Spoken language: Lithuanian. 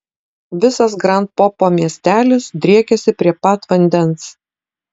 visas grand popo miestelis driekiasi prie pat vandens